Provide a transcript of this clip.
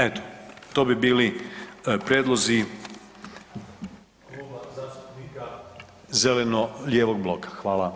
Eto, to bi bili prijedlozi ... [[Govornik nije uključen.]] zeleno-lijevog bloka.